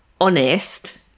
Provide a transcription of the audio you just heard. honest